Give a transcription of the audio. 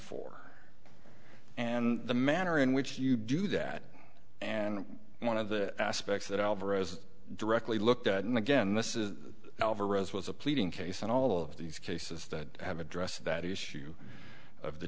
for and the manner in which you do that and one of the aspects that alvarez directly looked at and again this is alvarez was a pleading case and all of these cases that have addressed that issue of the